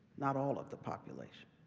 not all of the population.